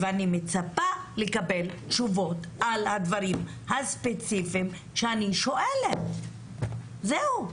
ואני מצפה לקבל תשובות על הדברים הספציפיים שאני שואלת - זהו.